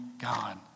God